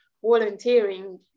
volunteering